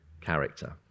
character